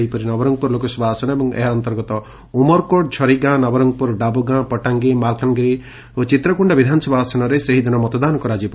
ସେହିପରି ନବରଙ୍ଗପ୍ରର ଲୋକସଭା ଆସନ ଏବଂ ଏହା ଅନ୍ତର୍ଗତ ଉମରକୋଟ ଝରିଗାଁ ନବରଙ୍ଙପୁର ଡାବୁଗାଁ ପଟାଙ୍ଗୀ ମାଲକାନଗିରି ଓ ଚିତ୍ରକୋଶ୍ଡା ବିଧାନସଭା ଆସନରେ ସେହିଦିନ ମତଦାନ କରାଯିବ